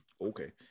okay